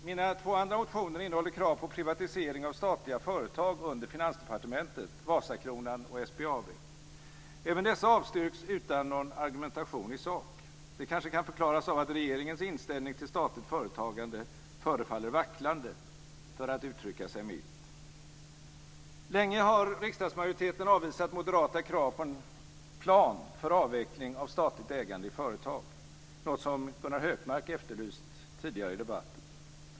Mina två andra motioner innehåller krav på privatisering av statliga företag under Finansdepartementet, Vasakronan och SBAB. Även dessa avstyrks utan någon argumentation i sak. Det kanske kan förklaras av att regeringens inställning till statligt företagande förefaller vacklande, för att uttrycka sig milt. Länge har riksdagsmajoriteten avvisat moderata krav på en plan för avveckling av statligt ägande i företag, något som Gunnar Hökmark efterlyst tidigare i debatten.